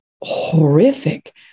horrific